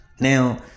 Now